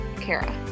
Kara